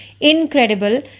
incredible